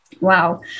Wow